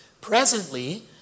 Presently